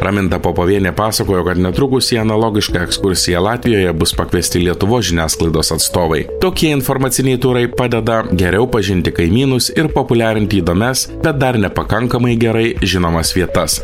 raminta popovienė pasakojo kad netrukus į analogišką ekskursiją latvijoje bus pakviesti lietuvos žiniasklaidos atstovai tokie informaciniai turai padeda geriau pažinti kaimynus ir populiarinti įdomias bet dar nepakankamai gerai žinomas vietas